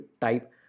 type